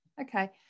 Okay